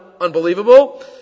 unbelievable